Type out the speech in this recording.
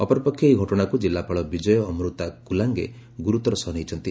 ଅପରପକ୍ଷେ ଏହି ଘଟଣାକୁ ଜିଲ୍ଲାପାଳ ବିଜୟ ଅମୃତା କୁଲାଙ୍ଖେ ଗୁରୁତର ସହ ନେଇଛନ୍ତି